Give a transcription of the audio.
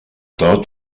dort